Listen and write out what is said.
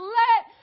let